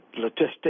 logistics